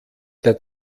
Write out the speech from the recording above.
der